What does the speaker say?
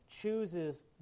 chooses